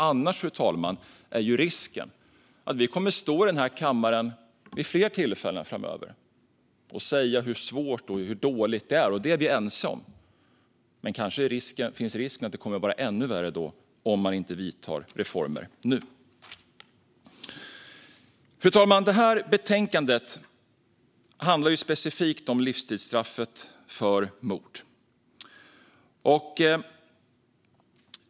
Annars är ju risken att vi kommer att få stå här i kammaren vid fler tillfällen framöver och säga hur svårt och hur dåligt det är. Detta är vi ense om, men kanske finns risken att det kommer att vara ännu värre då om man inte vidtar reformer nu. Fru talman! Det här betänkandet handlar specifikt om livstidsstraffet för mord.